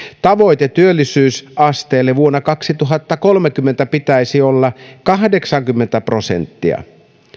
tavoitteen työllisyysasteelle vuonna kaksituhattakolmekymmentä pitäisi olla kahdeksankymmentä prosenttia